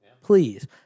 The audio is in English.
Please